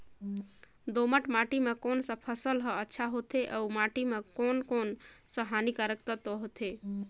दोमट माटी मां कोन सा फसल ह अच्छा होथे अउर माटी म कोन कोन स हानिकारक तत्व होथे?